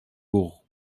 bourg